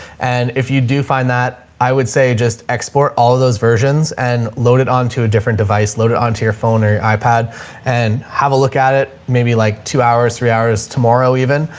and if you do find that, i would say just export all of those versions and load it onto a different device loaded onto your phone or your ipad and have a look at it maybe like two hours, three hours tomorrow even,